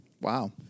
Wow